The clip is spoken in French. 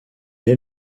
est